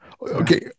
Okay